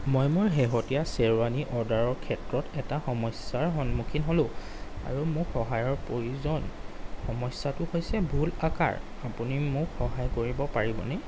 মই মোৰ শেহতীয়া শ্বেৰৱানী অৰ্ডাৰৰ ক্ষেত্ৰত এটা সমস্যাৰ সন্মুখীন হ'লোঁ আৰু মোক সহায়ৰ প্ৰয়োজন সমস্যাটো হৈছে ভুল আকাৰ আপুনি মোক সহায় কৰিব পাৰিবনে